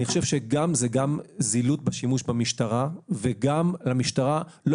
אני חושב שזה זילות בשימוש במשטרה וגם המשטרה לא